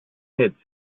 hits